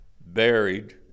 buried